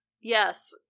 yes